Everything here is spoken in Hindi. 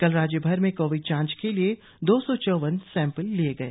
कल राज्य भर में कोविड जांच के लिए दो सौ चौवन सैंपल लिये गए